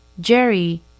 Jerry